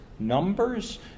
Numbers